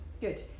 good